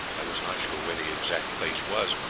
i was not sure where the exact place was,